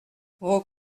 vos